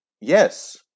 Yes